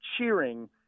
cheering